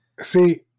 See